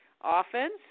offense